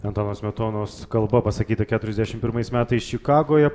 antano smetonos kalba pasakyta keturiasdešim pirmais metais čikagoj